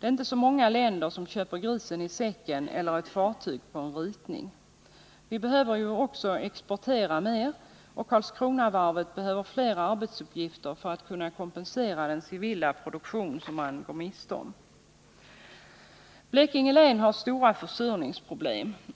Det är inte så många länder som köper grisen i säcken, dvs. som köper ett fartyg efter en ritning. Vi behöver också exportera mera. Karlskronavarvet behöver fler arbetsuppgifter för att kunna kompensera den civila produktion som man går miste om. Blekinge län har stora försurningsproblem.